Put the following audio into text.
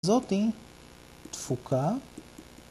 זאת היא תפוקה